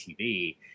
TV